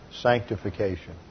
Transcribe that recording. sanctification